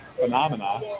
phenomena